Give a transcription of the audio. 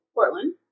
Portland